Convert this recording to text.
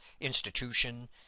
institution